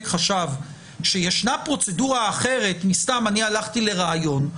חשב שיש פרוצדורה אחרת מסתם הלכתי לריאיון,